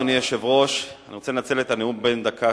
אדוני היושב-ראש, אני רוצה לנצל את הנאום בן דקה